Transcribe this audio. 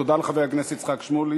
תודה לחבר הכנסת איציק שמולי.